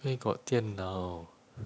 where got 电脑